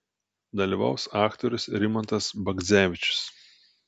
dalyvaus aktorius rimantas bagdzevičius